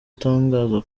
atangaza